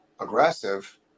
aggressive